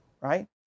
right